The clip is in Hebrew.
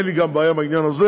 אין לי בעיה גם עם העניין הזה.